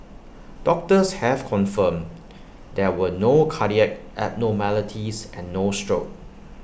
doctors have confirmed there were no cardiac abnormalities and no stroke